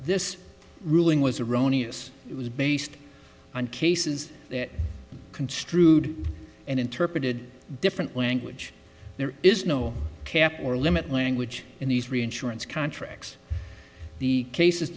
this ruling was erroneous it was based on cases that construed and interpreted different language there is no cap or limit language in these reinsurance contracts the case